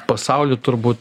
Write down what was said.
pasauly turbūt